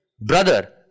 Brother